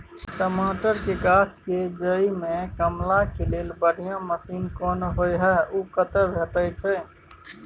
टमाटर के गाछ के जईर में कमबा के लेल बढ़िया मसीन कोन होय है उ कतय भेटय छै?